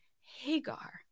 Hagar